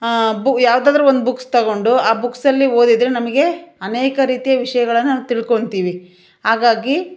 ಬು ಯಾವ್ದಾದ್ರೂ ಒಂದು ಬುಕ್ಸ್ ತೊಗೊಂಡು ಆ ಬುಕ್ಸಲ್ಲಿ ಓದಿದರೆ ನಮಗೆ ಅನೇಕ ರೀತಿಯ ವಿಷಯಗಳನ್ನ ನಾವು ತಿಳ್ಕೊಳ್ತೀವಿ ಹಾಗಾಗಿ